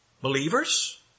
believers